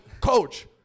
Coach